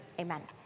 amen